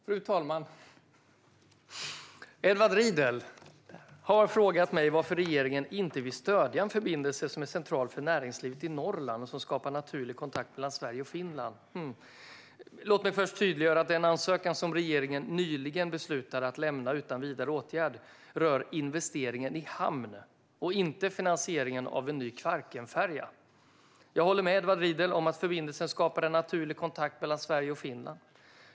Fru talman! Edward Riedl har frågat mig varför regeringen inte vill stödja en förbindelse som är central för näringslivet i Norrland och som skapar en naturlig kontakt mellan Sverige och Finland. Låt mig först tydliggöra att den ansökan som regeringen nyligen beslutade att lämna utan vidare åtgärd rör investeringar i hamn och inte finansieringen av en ny Kvarkenfärja. Jag håller med Edward Riedl om att förbindelsen skapar en naturlig kontakt mellan Sverige och Finland.